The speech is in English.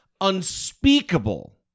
unspeakable